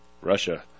Russia